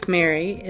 Mary